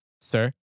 sir